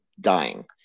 dying